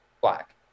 Black